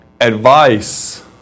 advice